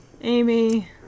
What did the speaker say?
Amy